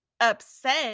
upset